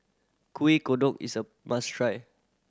Kueh Kodok is a must try